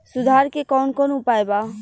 सुधार के कौन कौन उपाय वा?